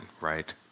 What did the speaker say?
right